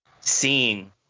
seeing